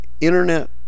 internet